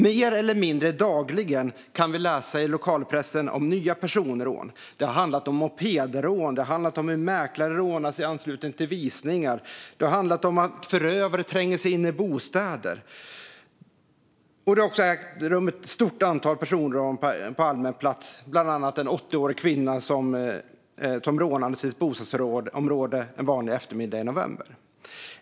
Mer eller mindre dagligen kan vi läsa i lokalpressen om nya personrån. Det har handlat om mopedrån, om hur mäklare har rånats i anslutning till visningar och om att förövare tränger sig in i bostäder. Det har också ägt rum ett stort antal personrån på allmän plats. Bland annat rånades en 80-årig kvinna i ett bostadsområde en vanlig eftermiddag i november.